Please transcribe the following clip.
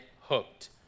hooked